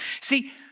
See